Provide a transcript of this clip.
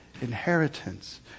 inheritance